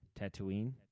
Tatooine